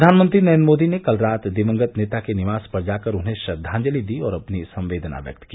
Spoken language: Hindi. प्रधानमंत्री नरेन्द्र मोदी ने कल रात दिवंगत नेता के निवास पर जाकर उन्हें श्रद्वांजलि दी और अपनी सम्बेदना व्यक्त की